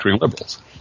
liberals